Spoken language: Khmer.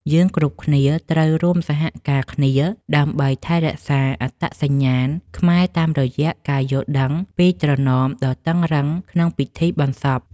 យើងគ្រប់គ្នាត្រូវរួមសហការគ្នា ដើម្បីថែរក្សាអត្តសញ្ញាណខ្មែរតាមរយៈការយល់ដឹងពីត្រណមដ៏តឹងរ៉ឹងក្នុងពិធីបុណ្យសព។